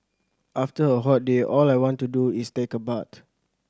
after a hot day all I want to do is take a bath